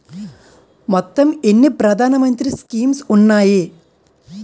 మొత్తం ఎన్ని ప్రధాన మంత్రి స్కీమ్స్ ఉన్నాయి?